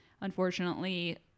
unfortunately